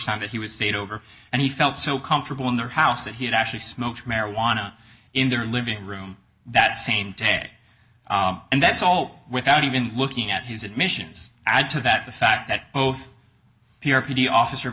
time that he was stayed over and he felt so comfortable in their house that he had actually smoked marijuana in their living room that same day and that's all without even looking at his admissions add to that the fact that both p r p officer